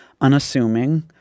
unassuming